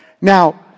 now